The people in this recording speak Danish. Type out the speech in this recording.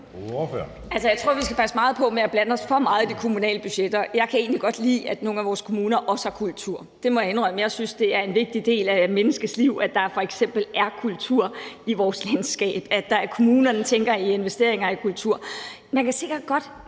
jeg tror, vi skal passe meget på med at blande os for meget i de kommunale budgetter. Jeg kan egentlig godt lide, at nogle af vores kommuner også har kultur; det må jeg indrømme. Jeg synes, det er en vigtig del af et menneskes liv, at der f.eks. er kultur i vores landskab, og at der er kommuner, der tænker i investeringer i kultur. Man kan sikkert godt